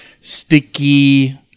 sticky